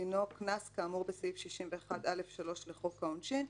דינו קנס כאמור בסעיף 61(א)(3) לחוק העונשין,